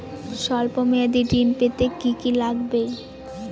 সল্প মেয়াদী ঋণ পেতে কি কি লাগবে?